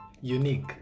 unique